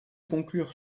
conclure